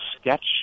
sketch